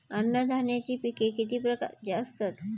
अन्नधान्याची पिके किती प्रकारची असतात?